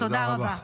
תודה רבה.